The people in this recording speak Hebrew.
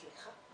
סליחה,